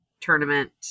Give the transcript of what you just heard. tournament